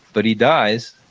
but he dies,